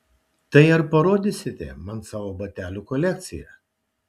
tai ar parodysite man savo batelių kolekciją